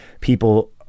people